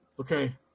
Okay